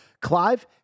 Clive